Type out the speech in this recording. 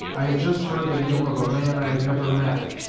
i have just heard the name of a man i have never met,